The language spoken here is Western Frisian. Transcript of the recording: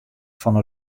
fan